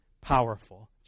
Powerful